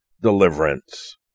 deliverance